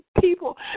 people